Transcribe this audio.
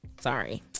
Sorry